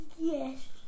Yes